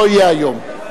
לא יהיה היום,